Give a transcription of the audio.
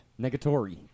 negatory